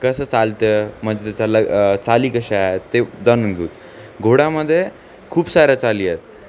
कसं चालतं म्हणजे त्याचा ल चाली कशा आहेत ते जाणून घेऊ घोडामध्ये खूप साऱ्या चाली आहेत